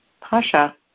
Pasha